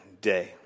day